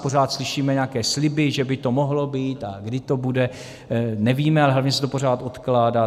Pořád slyšíme nějaké sliby, že by to mohlo být, a kdy to bude, nevíme, ale hlavně se to pořád odkládá.